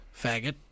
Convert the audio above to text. faggot